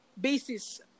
basis